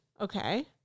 Okay